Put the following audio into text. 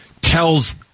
tells